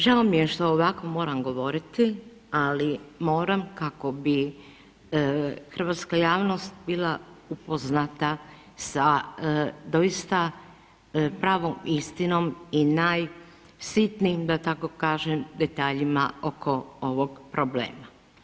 Žao mi je što ovako moram govoriti, ali moram kako bi hrvatska javnost bila upoznata sa doista pravom istinom i najsitnijim da tako kažem, detaljima oko ovog problema.